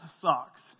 socks